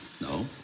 No